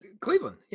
Cleveland